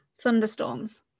thunderstorms